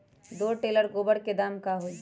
दो टेलर गोबर के दाम का होई?